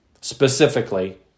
specifically